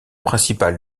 principal